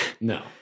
No